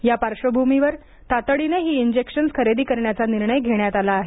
या पार्श्वभूमीवर तातडीने ही इंजेक्शन खरेदी करण्याचा निर्णय घेण्यात आला आहे